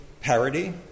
parody